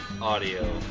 audio